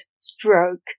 Stroke